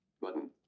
button